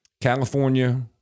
California